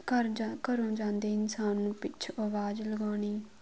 ਘਰ ਜਾ ਘਰੋਂ ਜਾਂਦੇ ਇਨਸਾਨ ਨੂੰ ਪਿੱਛੋਂ ਅਵਾਜ਼ ਲਗਾਉਣੀ